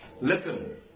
Listen